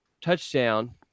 touchdown